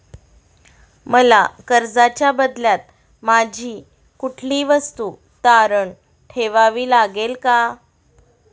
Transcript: मला कर्जाच्या बदल्यात माझी कुठली वस्तू तारण ठेवावी लागेल का?